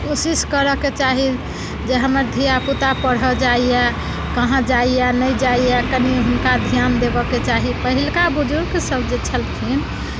कोशिश करयके चाही जे हमर धियापुता पढ़ऽ जाइए कहाँ जाइए नहि जाइए कनि हुनका ध्यान देबयके चाही पहिलुका बुजुर्गसभ जे छलखिन